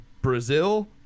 brazil